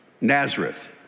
Nazareth